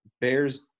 Bears